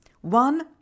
One